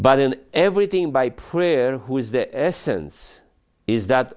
but in everything by prayer who is the essence is that